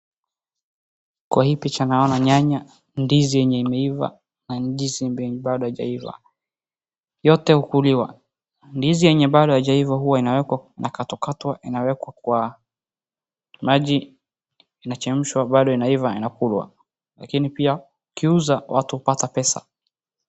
Kwa hii picha naona nyanya ndizi yenye imeivaa ma ndizi yenye bado haijaivaa yote hukuliwa. Ndizi yenye bado haijaiva huwa inawekwa inakatwakatwa inawekwa kwa maji bado inaivaa inakulwa. Lakini pia kiuza watu hunapata pesa.